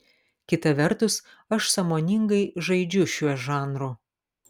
kita vertus aš sąmoningai žaidžiu šiuo žanru